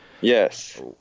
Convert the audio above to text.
Yes